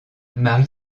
marie